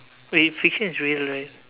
wait fiction is real right